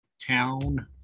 town